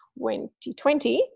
2020